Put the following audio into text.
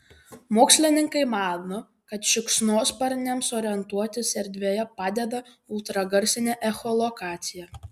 mokslininkai mano kad šikšnosparniams orientuotis erdvėje padeda ultragarsinė echolokacija